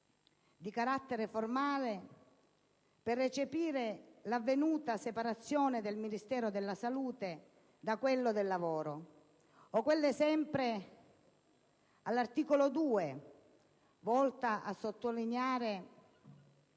sull'articolo 2 per recepire l'avvenuta separazione del Ministero della salute da quello del lavoro; a quelle, sempre sull'articolo 2, volte a sottolineare